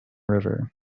river